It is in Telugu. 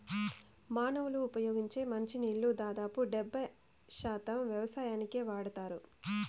మానవులు ఉపయోగించే మంచి నీళ్ళల్లో దాదాపు డెబ్బై శాతం వ్యవసాయానికే వాడతారు